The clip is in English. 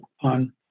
on